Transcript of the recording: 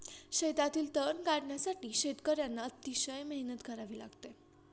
शेतातील तण काढण्यासाठी शेतकर्यांना अतिशय मेहनत करावी लागते